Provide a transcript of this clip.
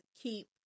keep